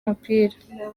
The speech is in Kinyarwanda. umupira